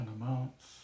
amounts